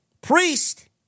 Priest